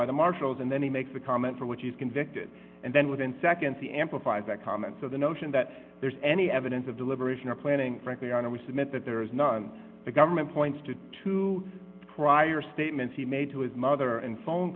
by the marshals and then he makes the comment for which he is convicted and then within seconds the amplifies that calm and so the notion that there's any evidence of deliberation or planning frankly i know we submit that there is none the government points to two prior statements he made to his mother and phone